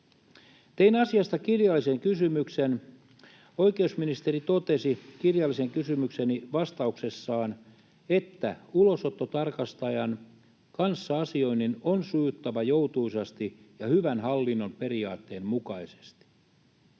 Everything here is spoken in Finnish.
Tein asiasta kirjallisen kysymyksen. Oikeusministeri totesi vastauksessaan kirjalliseen kysymykseeni, että ulosottotarkastajan kanssa asioinnin on sujuttava joutuisasti ja hyvän hallinnon periaatteen mukaisesti.